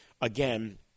again